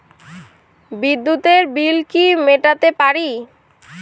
বিদ্যুতের বিল কি মেটাতে পারি?